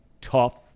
tough